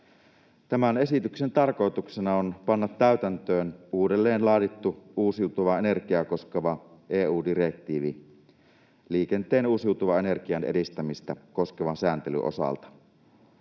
Tämän esityksen tarkoituksena on panna täytäntöön uudelleen laadittu uusiutuvaa energiaa koskeva EU-direktiivi liikenteen uusiutuvan energian edistämistä koskevan sääntelyn osalta.